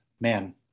man